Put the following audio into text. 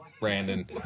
Brandon